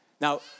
Now